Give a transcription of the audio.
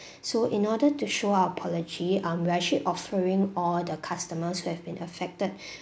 so in order to show our apology um we are actually offering all the customers who have been affected